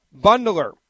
bundler